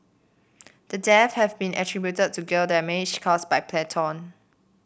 the deaths have been attributed to gill damage caused by plankton